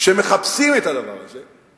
שמחפשים את הדבר הזה.